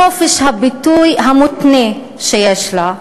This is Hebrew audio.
בחופש הביטוי המותנה שיש לה,